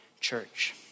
church